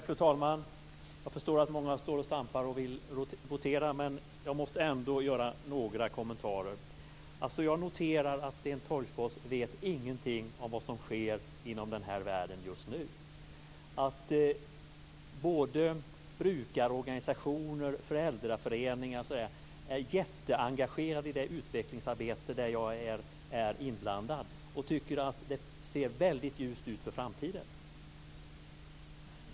Fru talman! Jag förstår att många ledamöter står och stampar och vill votera, men jag måste ändå göra några kommentarer. Jag noterar för det första att Sten Tolgfors inte vet någonting om vad som sker i den här världen just nu. Både brukarorganisationer och föräldraföreningar är jätteengagerade i det utvecklingsarbete där jag själv är inblandad och tycker att det ser väldigt ljust ut för framtiden.